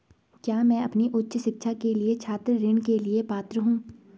क्या मैं अपनी उच्च शिक्षा के लिए छात्र ऋण के लिए पात्र हूँ?